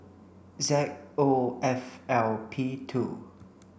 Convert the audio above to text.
Z O F L P two